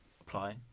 apply